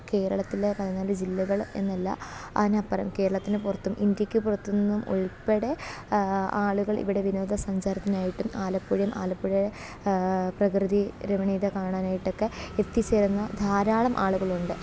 കേരളത്തിലെ പതിനാല് ജില്ലകൾ എന്നല്ല അതിനപ്പുറം കേരളത്തിന് പുറത്തും ഇന്ത്യക്ക് പുറത്ത് നിന്നും ഉൾപ്പെടെ ആളുകൾ ഇവിടെ വിനോദസഞ്ചാരത്തിനായിട്ടും ആലപ്പുഴയും ആലപ്പുഴയുടെ പ്രകൃതി രമണീയത കാണാനായിട്ടൊക്കെ എത്തിച്ചേർന്ന ധാരാളം ആളുകളുണ്ട്